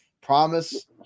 Promise